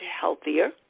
healthier